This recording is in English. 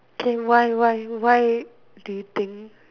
okay why why why do you think